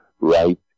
right